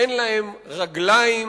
אין להם רגליים,